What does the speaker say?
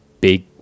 big